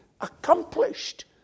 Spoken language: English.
accomplished